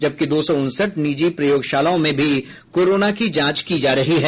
जबकि दो सौ उनसठ निजी प्रयोगशालाओं में भी कोरोना की जांच की जा रही हैं